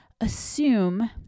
assume